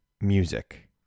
music